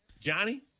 Johnny